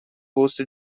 gosto